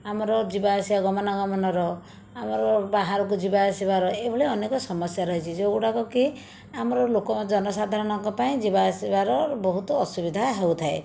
ଆମର ଯିବା ଆସିବା ଗମନା ଗମନର ଆମର ବାହାରକୁ ଯିବା ଆସିବାର ଏହିଭଳିଆ ଅନେକ ସମସ୍ୟା ରହିଛି ଯେଉଁଗୁଡ଼ାକ କି ଆମର ଲୋକ ଜନସାଧାରଣଙ୍କ ପାଇଁ ଯିବା ଆସିବାର ବହୁତ ଅସୁବିଧା ହେଉଥାଏ